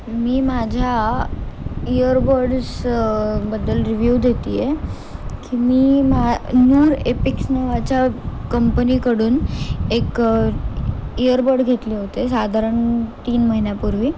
मी माझ्या इयरबड्सबद्दल रिव्ह्यू देते आहे की मी मा नूर एपिक्स नावाच्या कंपनीकडून एक इयरबड घेतले होते साधारण तीन महिन्यापूर्वी